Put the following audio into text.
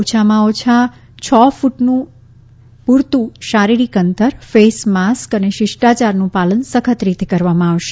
ઓછામાં ઓછા છ કુટનું પૂરતું શારીરિક અંતર ફેસ માસ્ક અને શિષ્ટાચારનું પાલન સખત રીતે કરવામાં આવશે